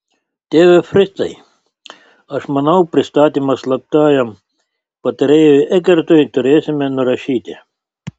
tėve fricai aš manau pristatymą slaptajam patarėjui ekertui turėsime nurašyti